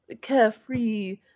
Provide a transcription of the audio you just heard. carefree